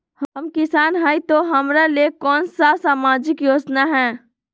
हम किसान हई तो हमरा ले कोन सा सामाजिक योजना है?